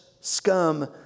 scum